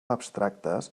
abstractes